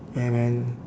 yeah man